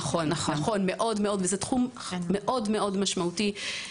נכון מאוד וזה תחום מאוד מאוד משמעותי.